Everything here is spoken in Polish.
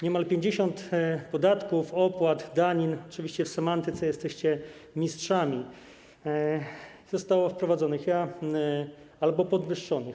Niemal 50 podatków, opłat, danin - oczywiście w semantyce jesteście mistrzami - zostało wprowadzonych albo podwyższonych.